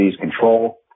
Control